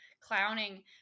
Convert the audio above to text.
clowning